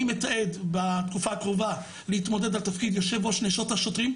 אני מתעד בתקופה הקרובה להתמודד על תפקיד יושב ראש נשות השוטרים.